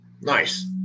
Nice